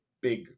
big